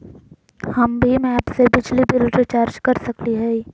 हम भीम ऐप से बिजली बिल रिचार्ज कर सकली हई?